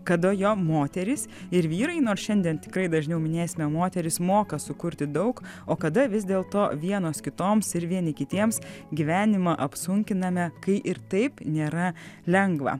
kada jom moterys ir vyrai nors šiandien tikrai dažniau minėsime moteris moka sukurti daug o kada vis dėl to vienos kitoms ir vieni kitiems gyvenimą apsunkiname kai ir taip nėra lengva